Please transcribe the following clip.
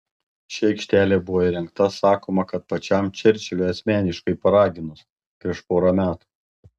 ši aikštelė buvo įrengta sakoma kad pačiam čerčiliui asmeniškai paraginus prieš porą metų